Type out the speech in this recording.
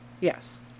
Yes